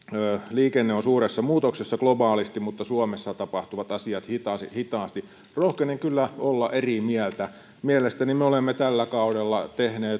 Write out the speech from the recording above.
liikenne on suuressa muutoksessa globaalisti mutta suomessa tapahtuvat asiat hitaasti hitaasti rohkenen kyllä olla eri mieltä mielestäni me olemme tällä kaudella tehneet